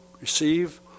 receive